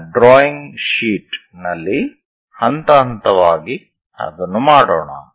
ನಮ್ಮ drawing sheet ನಲ್ಲಿ ಹಂತ ಹಂತವಾಗಿ ಅದನ್ನು ಮಾಡೋಣ